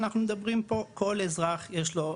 אנחנו מדברים פה כל אזרח יש לו,